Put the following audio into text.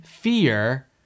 fear